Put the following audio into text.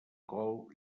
col